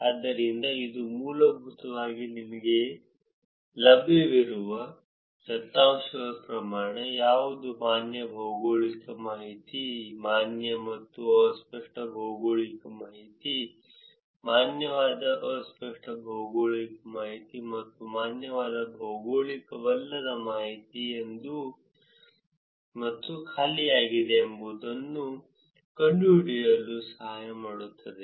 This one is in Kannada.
ಆದ್ದರಿಂದ ಇದು ಮೂಲಭೂತವಾಗಿ ನಿಮಗೆ ಲಭ್ಯವಿರುವ ದತ್ತಾಂಶದ ಪ್ರಮಾಣ ಯಾವುದು ಮಾನ್ಯ ಭೌಗೋಳಿಕ ಮಾಹಿತಿ ಮಾನ್ಯ ಮತ್ತು ಅಸ್ಪಷ್ಟ ಭೌಗೋಳಿಕ ಮಾಹಿತಿ ಮಾನ್ಯವಾದ ಅಸ್ಪಷ್ಟ ಭೌಗೋಳಿಕ ಮಾಹಿತಿ ಮತ್ತು ಮಾನ್ಯವಾದ ಭೌಗೋಳಿಕವಲ್ಲದ ಮಾಹಿತಿ ಮತ್ತು ಖಾಲಿಯಾಗಿದೆ ಎಂಬುದನ್ನು ಕಂಡುಹಿಡಿಯಲು ಸಹಾಯ ಮಾಡುತ್ತದೆ